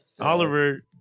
oliver